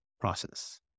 process